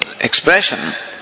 expression